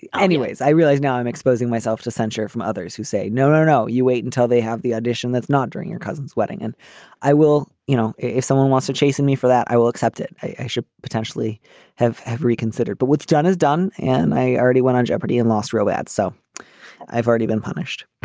anyways, i realize now i'm exposing myself to censure from others who say, no, no, no, you wait until they have the audition. that's not during your cousin's wedding. and i will you know, if someone wants to chasing me for that, i will accept it. i should potentially have have reconsidered. but what's done is done. and i already went on jeopardy and lost row out. so i've already been punished